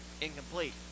incomplete